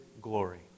glory